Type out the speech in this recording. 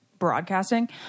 broadcasting